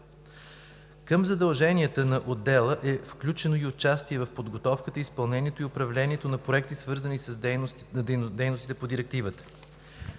Към задълженията на отдела е включено и участие в подготовката, изпълнението и управлението на проекти, свързани с дейностите по Директивата.